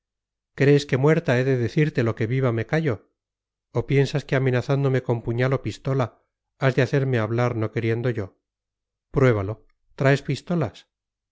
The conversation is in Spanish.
crees que muerta he de decirte lo que viva me callo o piensas que amenazándome con puñal o pistola has de hacerme hablar no queriendo yo pruébalo traes pistolas